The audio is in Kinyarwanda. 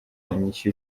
inyishu